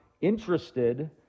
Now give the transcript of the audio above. interested